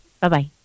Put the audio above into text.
Bye-bye